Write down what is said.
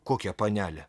kokią panelę